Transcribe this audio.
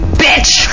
bitch